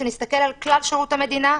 כשנסתכל על כלל שירות המדינה,